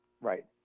right